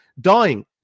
dying